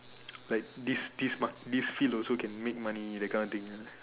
like this this this field also can make money that kind of thing